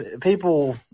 people